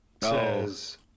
says